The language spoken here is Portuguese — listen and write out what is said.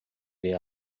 ver